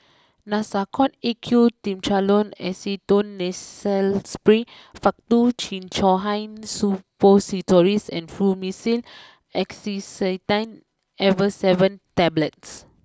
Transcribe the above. Nasacort A Q Triamcinolone Acetonide Nasal Spray Faktu Cinchocaine Suppositories and Fluimucil Acetylcysteine Effervescent Tablets